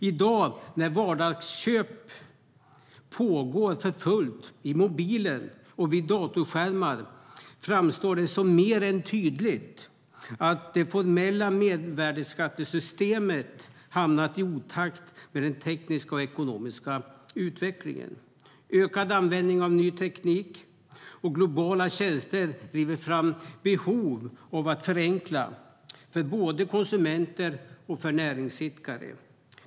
I dag, när vardagsköp pågår för fullt i mobiler och vid datorskärmar, framstår det som mer än tydligt att det formella mervärdesskattesystemet har hamnat i otakt med den tekniska och ekonomiska utvecklingen. Ökad användning av ny teknik och globala tjänster driver fram behov av att förenkla för både konsumenter och näringsidkare.